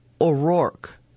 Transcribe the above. O'Rourke